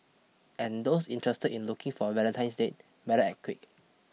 and those interested in looking for a Valentine's date better act quick